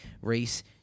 race